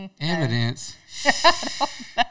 Evidence